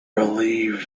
relieved